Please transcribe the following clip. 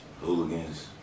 Hooligans